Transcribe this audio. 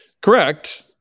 Correct